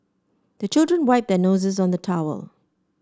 the children wipe their noses on the towel